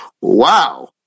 wow